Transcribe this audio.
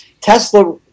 tesla